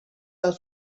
del